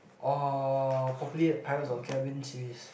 or probably Pirates of Caribbean series